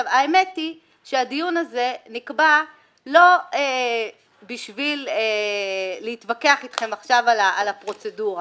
האמת היא שהדיון הזה נקבע לא בשביל להתווכח איתכם עכשיו על הפרוצדורה.